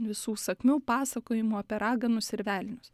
visų sakmių pasakojimų apie raganus ir velnius